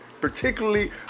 particularly